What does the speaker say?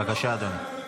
בבקשה, אדוני.